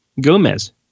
Gomez